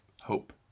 hope